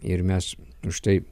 ir mes už tai